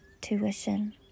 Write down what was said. tuition